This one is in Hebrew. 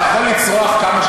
לאן תיקח את עולם התורה?